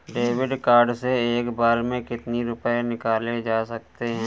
David card से एक बार में कितनी रूपए निकाले जा सकता है?